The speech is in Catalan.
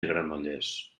granollers